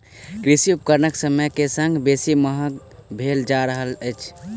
कृषि उपकरण समय के संग बेसी महग भेल जा रहल अछि